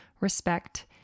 respect